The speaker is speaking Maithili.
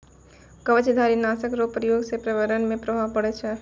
कवचधारी नाशक रो प्रयोग से प्रर्यावरण मे प्रभाव पड़ै छै